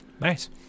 Nice